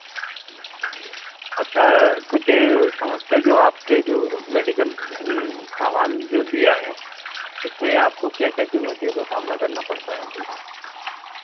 अच्छा कुछ समस्या जो आपके जो मेडिकल सामान जो दिया है उसमें आपको क्या क्या चुनौतियों का सामना करना पड़ता है जी